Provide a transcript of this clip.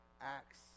Acts